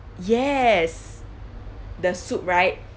yes the soup right